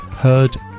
heard